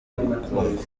ubukungu